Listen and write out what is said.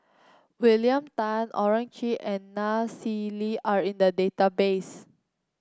William Tan Owyang Chi and Nai Swee Leng are in the database